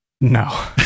No